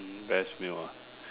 hmm best meal ah